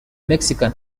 mexican